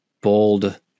bold